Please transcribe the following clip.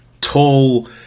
tall